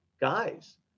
guys